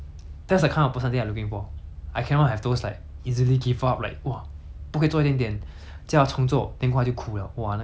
easily give up like !wah! 不可以做一点点叫她重做 then hor 她就哭 liao !wah! 那个 I understand but 那个